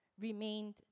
remained